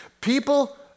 People